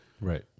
right